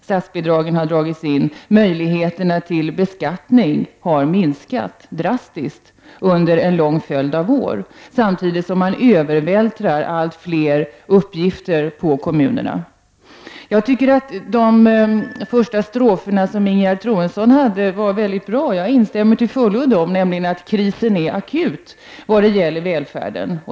Statsbidragen har dragits in, och möjligheterna till beskattning har minskat drastiskt under en lång följd av år. Samtidigt övervältras allt fler uppgifter på kommunerna. Jag tycker att de första stroferna i Ingegerd Troedssons anförande var mycket bra. Jag instämmer till fullo i dem, nämligen att krisen när det gäller välfärden är akut.